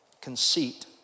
conceit